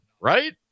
Right